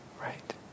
right